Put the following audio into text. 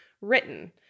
written